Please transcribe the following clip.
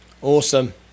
Awesome